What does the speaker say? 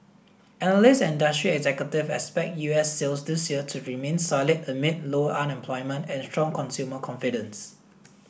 analysts and industry executives expect U S sales this year to remain solid amid low unemployment and strong consumer confidence